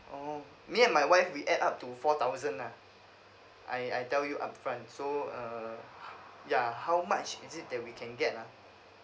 orh me and my wife we add up to four thousand lah I I tell you upfront so uh ya how much is it that we can get ah